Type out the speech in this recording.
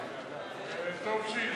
סעיף 3,